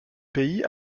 pays